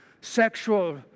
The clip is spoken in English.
Sexual